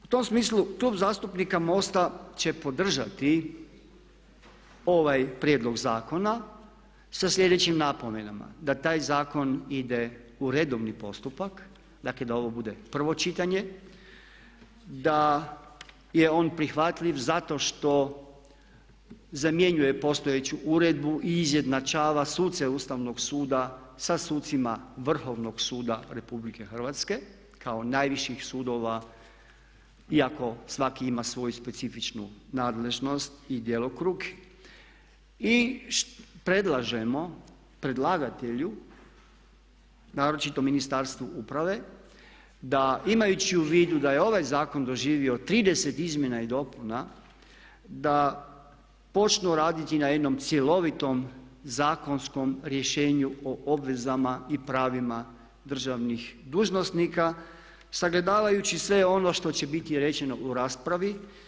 U tom smislu klub zastupnika MOST-a će podržati ovaj prijedlog zakona sa slijedećim napomenama da taj zakon ide u redovni postupak, dakle da ovo bude prvo čitanje, da je on prihvatljiv zato što zamjenjuje postojeću uredbu i izjednačava suce Ustavnog suda sa sucima Vrhovnog suda RH kao najviših sudova iako svaki ima svoju specifičnu nadležnost i djelokrug i predlažemo predlagatelju, naročito Ministarstvu uprave da imajući u vidu da je ovaj zakon doživio 30 izmjena i dopuna da počnu raditi na jednom cjelovitom zakonskom rješenju o obvezama i pravima državnih dužnosnika sagledavajući sve ono što će biti rečeno u raspravi.